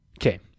Okay